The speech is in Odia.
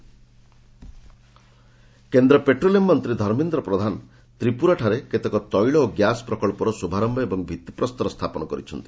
ତ୍ରିପୁରା ପ୍ରୋଜେକ୍ଟ କେନ୍ଦ୍ର ପେଟ୍ରୋଲିୟମ୍ ମନ୍ତ୍ରୀ ଧର୍ମେନ୍ଦ୍ର ପ୍ରଧାନ ତ୍ରିପୁରାଠାରେ କେତେକ ତୈଳ ଏବଂ ଗ୍ୟାସ୍ ପ୍ରକଳ୍ପର ଶୁଭାରମ୍ଭ ଓ ଭିଭିପ୍ରସ୍ତର ସ୍ଥାପନ କରିଛନ୍ତି